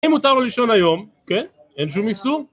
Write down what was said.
אם מותר לו לישון היום, כן? אין שום איסור?